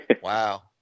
Wow